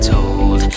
told